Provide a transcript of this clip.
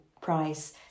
price